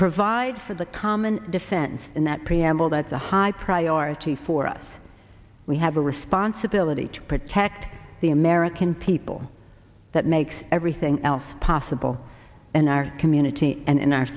provide for the common defense in that preamble that's a high priority for us we have a responsibility to protect the american people that makes everything else possible in our community and in our